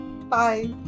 bye